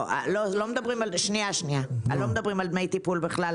לא מדברים על דמי טיפול בכלל.